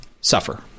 suffer